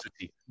City